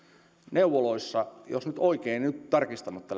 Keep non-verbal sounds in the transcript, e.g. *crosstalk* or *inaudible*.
jos nyt oikein muistan tarkistamatta *unintelligible*